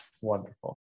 Wonderful